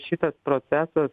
šitas procesas